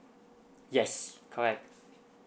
yes correct